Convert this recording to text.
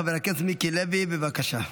חבר הכנסת מיקי לוי, בבקשה.